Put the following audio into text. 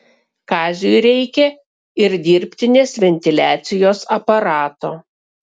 kaziui reikia ir dirbtinės ventiliacijos aparato